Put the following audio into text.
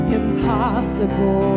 impossible